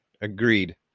agreed